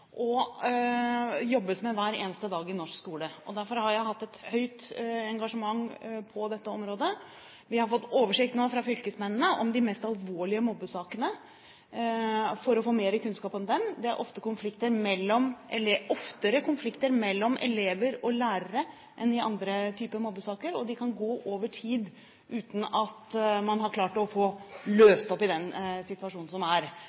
og jobbes med hver eneste dag i norsk skole. Derfor har jeg hatt et høyt engasjement på dette området. Vi har nå fått oversikt fra fylkesmennene om de mest alvorlige mobbesakene for å få mer kunnskap om dem. Det er oftere konflikter mellom elever og lærere enn i andre typer mobbesaker, og de kan gå over tid uten at man har klart å få løst opp i den situasjonen som er.